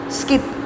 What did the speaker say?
skip